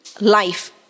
life